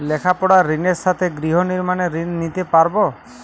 লেখাপড়ার ঋণের সাথে গৃহ নির্মাণের ঋণ নিতে পারব?